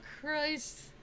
Christ